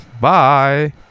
Bye